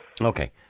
Okay